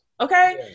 Okay